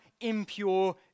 impure